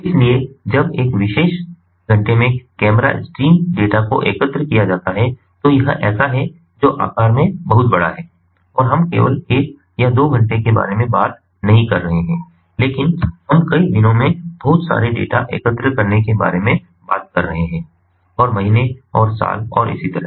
इसलिए जब एक विशेष घंटे में कैमरा बिग किया जाता है तो यह ऐसा है जो आकार में बहुत बड़ा है और हम केवल एक या 2 घंटे के बारे में बात नहीं कर रहे हैं लेकिन हम कई दिनों में बहुत सारे डेटा एकत्र करने के बारे में बात कर रहे हैं और महीने और साल और इसी तरह